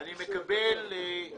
אני שומע מפעילים